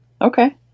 Okay